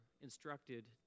instructed